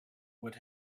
what